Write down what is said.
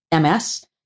MS